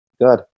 Good